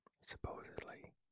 supposedly